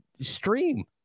stream